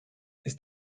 ist